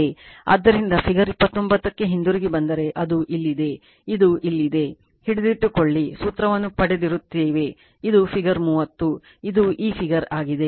ಆದ್ದರಿಂದ ಫಿಗರ್ 29 ಕ್ಕೆ ಹಿಂತಿರುಗಿ ಬಂದರೆ ಅದು ಇಲ್ಲಿದೆ ಇದು ಇಲ್ಲಿದೆ ಹಿಡಿದಿಟ್ಟುಕೊಳ್ಳಿ ಸೂತ್ರವನ್ನು ಪಡೆದಿರುತ್ತೇವೆ ಇದು ಫಿಗರ್ 30 ಮತ್ತು ಇದು ಈ ಫಿಗರ್ ಆಗಿದೆ